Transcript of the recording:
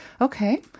okay